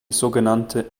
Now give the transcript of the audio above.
sogenannte